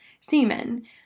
semen